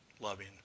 loving